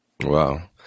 Wow